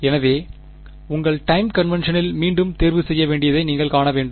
எனவே உங்கள் time conventional மீண்டும் தேர்வு செய்ய வேண்டியதை நீங்கள் காண வேண்டும்